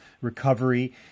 recovery